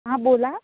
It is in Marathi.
हां बोला